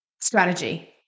strategy